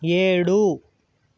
ఏడు